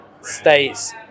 states